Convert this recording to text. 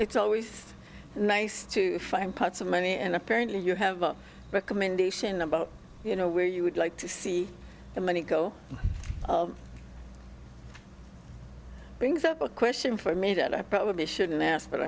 it's always nice to find pots of money and apparently you have a recommendation about you know where you would like to see the money go brings up a question for me that i probably shouldn't ask but